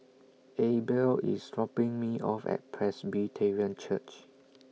Abel IS dropping Me off At Presbyterian Church